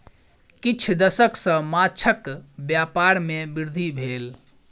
किछ दशक सॅ माँछक व्यापार में वृद्धि भेल